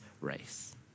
race